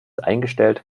eingestellt